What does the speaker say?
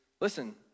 listen